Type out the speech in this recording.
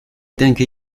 denke